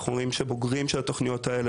אנחנו רואים שבוגרים של התוכניות האלה